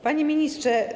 Panie Ministrze!